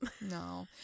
No